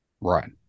Right